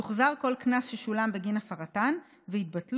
יוחזר כל קנס ששולם בגין הפרתן ויתבטלו